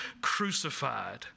crucified